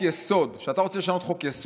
אני חושב שכשאתה רוצה לשנות חוק-יסוד,